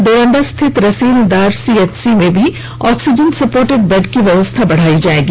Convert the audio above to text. डोरंडा स्थित रेसलदार सीएचसी में भी ऑक्सीजन सपोर्टेड बेड की व्यवस्था बढ़ाई जाएगी